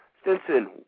Stinson